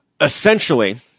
Essentially